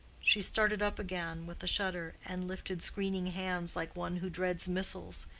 she started up again, with a shudder, and lifted screening hands like one who dreads missiles.